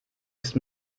ist